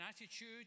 attitude